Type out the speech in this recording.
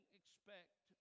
expect